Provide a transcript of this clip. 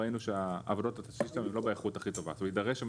ראינו שהעבודות לא באיכות הכי טובה ויידרש שם